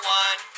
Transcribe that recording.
one